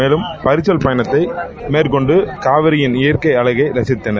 மேலம் பரிசல் பயணத்தை மேற்கொண்டு காவிரியின் இயற்கை அழகை ரசித்தனர்